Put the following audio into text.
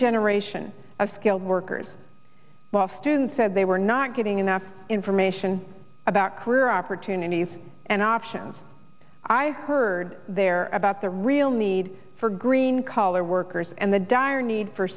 generation of skilled workers but often said they were not getting enough information about career opportunities and options i heard there about the real need for green collar workers and the dire need for